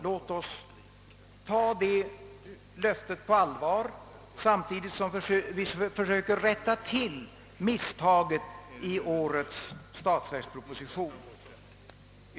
Låt oss ta detta löfte på allvar, samtidigt som vi försöker rätta till misstaget i årets statsverksproposition.